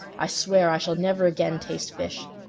i swear i shall never again taste fish.